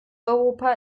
europa